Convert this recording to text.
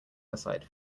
beside